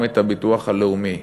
גם את הביטוח הלאומי.